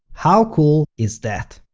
how cool is that?